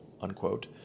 unquote